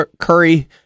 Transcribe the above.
Curry-